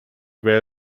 wear